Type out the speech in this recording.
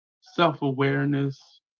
self-awareness